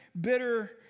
bitter